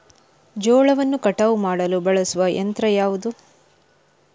ಜೋಳವನ್ನು ಕಟಾವು ಮಾಡಲು ಬಳಸುವ ಯಂತ್ರ ಯಾವುದು?